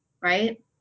right